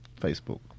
Facebook